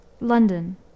London